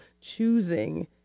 choosing